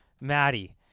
Maddie